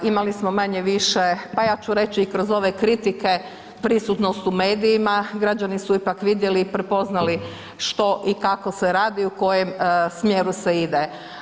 Imali smo manje-više, pa ja ću reći i kroz ove kritike prisutnost u medijima, građani su ipak vidjeli i prepoznali što i kako se radi i u kojem smjeru se ide.